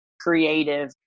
creative